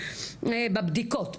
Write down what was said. בבדיקות,